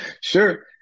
Sure